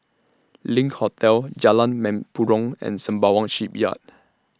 LINK Hotel Jalan Mempurong and Sembawang Shipyard